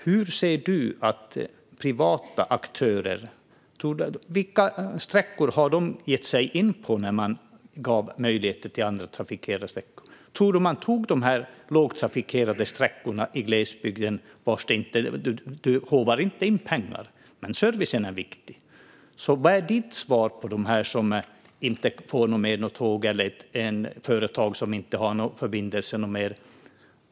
Vilka sträckor har privata aktörer gett sig in på sedan man givit möjlighet till andra att trafikera sträckor? Tror du att de tog de lågtrafikerade sträckorna i glesbygden där man inte håvar in pengar? Servicen är viktig. Vilket är ditt svar till dem som inte kan åka med tåg och de företag som inte längre har någon förbindelse?